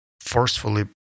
forcefully